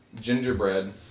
gingerbread